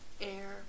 air